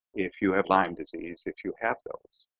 if you have lyme disease if you have those.